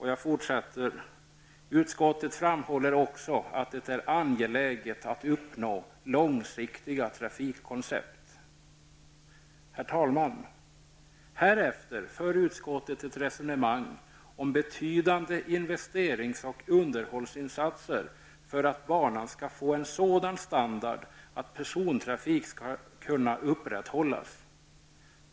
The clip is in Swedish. Utskottet framhåller också att det är angeläget att uppnå långsiktiga trafikkoncept. Herr talman! Härefter för utskottet ett resonemang om betydande investerings och underhållsinsatser för att banan skall få en sådan standard att persontrafik skall kunna upprätthållas.